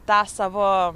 tą savo